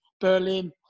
Berlin